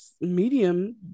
medium